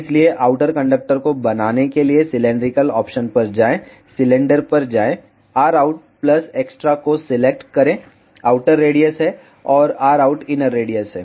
इसलिए outer conductor को बनाने के लिए सिलैंडरिकल ऑप्शन पर जाएं सिलेंडर पर जाएं rout प्लस एक्स्ट्रा को सिलेक्ट करें आउटर रेडियस है और rout इनर रेडियस है